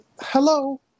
hello